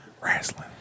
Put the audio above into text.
Wrestling